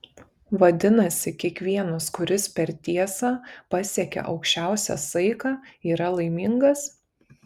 vadinasi kiekvienas kuris per tiesą pasiekia aukščiausią saiką yra laimingas